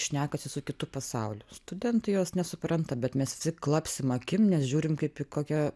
šnekasi su kitu pasauliu studentai jos nesupranta bet mes klapsim akim nes žiūrim kaip į kokią